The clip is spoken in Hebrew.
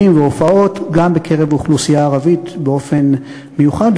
והופעות גם בקרב האוכלוסייה הערבית באופן מיוחד,